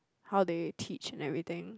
how they teach and everything